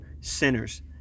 sinners